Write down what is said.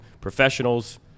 professionals